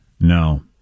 No